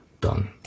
Done